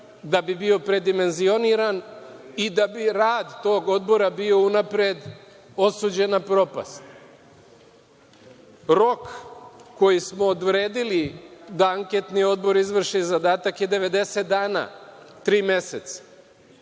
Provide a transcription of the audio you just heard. da bi bio predimenzioniran, i da bi rad tog odbora bio unapred osuđen na propast. Rok koji smo odredili, da anketni odbor izvrši zadatak je 90 dana, tri meseca.